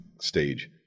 stage